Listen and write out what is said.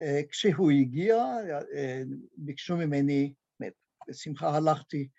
‫כשהוא הגיע, ביקשו ממני. ‫בשמחה, הלכתי.